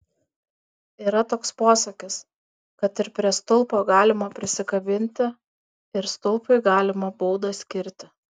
yra toks posakis kad ir prie stulpo galima prisikabinti ir stulpui galima baudą skirti